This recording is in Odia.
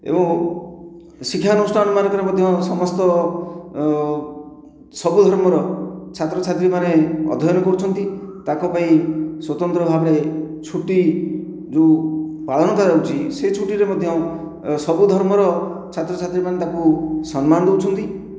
ଏବଂ ଶିକ୍ଷାନୁଷ୍ଠାନ ମାନଙ୍କରେ ମଧ୍ୟ ସମସ୍ତ ସଭିଏଁ ଆମର ଛାତ୍ରଛାତ୍ରୀମାନେ ଅଧ୍ୟୟନ କରୁଛନ୍ତି ତାଙ୍କ ପାଇଁ ସ୍ଵତନ୍ତ୍ର ଭାବେ ଛୁଟି ଯେଉଁ ପାଳନ କରାଯାଉଛି ସେ ଛୁଟିରେ ମଧ୍ୟ ସବୁ ଧର୍ମର ଛାତ୍ରଛାତ୍ରୀମାନେ ତାଙ୍କୁ ସମ୍ମାନ ଦେଉଛନ୍ତି